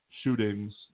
shootings